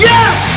Yes